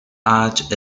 arch